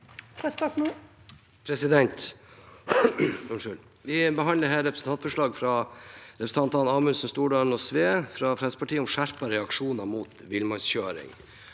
sa- ken): Vi behandler nå et representantforslag fra representantene Amundsen, Stordalen og Sve fra Fremskrittspartiet om skjerpede reaksjoner mot villmannskjøring.